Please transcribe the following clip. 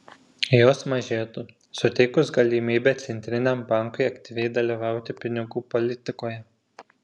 jos mažėtų suteikus galimybę centriniam bankui aktyviai dalyvauti pinigų politikoje